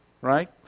right